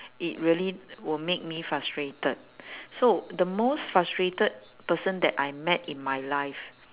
it really will make me frustrated so the most frustrated person that I met in my life